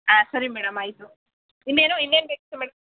ಹಾಂ ಸರಿ ಮೇಡಮ್ ಆಯಿತು ಇನ್ನೇನು ಇನ್ನೇನು ಬೇಕಿತ್ತು ಮೇಡಮ್